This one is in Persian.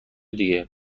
دیگه